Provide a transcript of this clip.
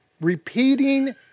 repeating